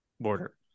border